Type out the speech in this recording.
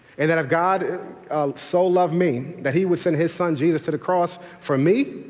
and that god so loved me that he would send his son jesus to the cross for me?